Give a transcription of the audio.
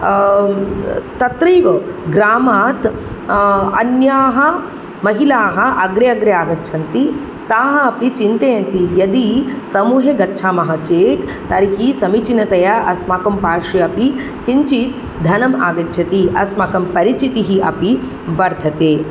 तत्रैव ग्रामात् अन्याः महिलाः अग्रे अग्रे आगच्छन्ति ताः अपि चिन्तयन्ति यदि समूहे गच्छामः चेत् तर्हि समीचीनतया अस्माकं पार्श्वेऽपि किञ्चित् धनम् आगच्छति अस्माकं परिचितिः अपि वर्धते